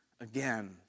again